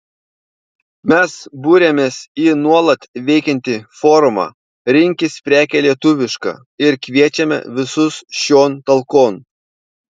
mes buriamės į nuolat veikiantį forumą rinkis prekę lietuvišką ir kviečiame visus šion talkon